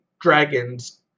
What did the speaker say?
dragons